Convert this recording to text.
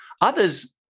Others